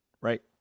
right